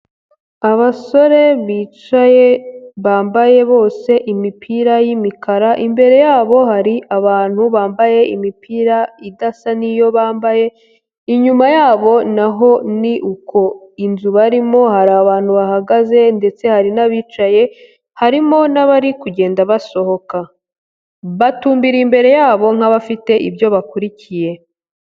Abasore bicaye, bambaye bose imipira y'imikara, imbere yabo hari abantu bambaye imipira idasa n'iyo bambaye, inyuma yabo naho ni uko, inzu barimo hari abantu bahagaze, ndetse hari n'abicaye, harimo n'abari kugenda basohoka, batumbiriye imbere yabo nk'abafite ibyo bakurikiye.